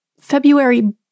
February